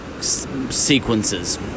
sequences